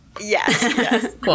Yes